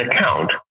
account